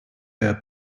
der